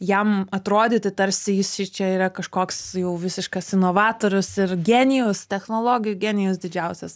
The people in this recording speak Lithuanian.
jam atrodyti tarsi jis čia yra kažkoks jau visiškas inovatorius ir genijus technologijų genijus didžiausias